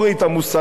המוסרית,